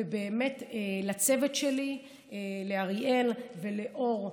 ובאמת לצוות שלי, לאריאל ולאור,